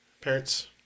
parents